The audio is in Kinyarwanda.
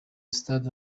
sitade